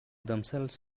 themselves